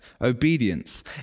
obedience